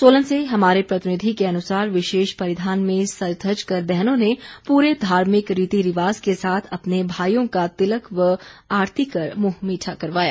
सोलन से हमारे प्रतिनिधि के अनुसार विशेष परिधान में सज धज कर बहनों ने पूरे धार्मिक रीति रिवाज के साथ अपने भाईयों का तिलक व आरती कर मुंह मीठा करवाया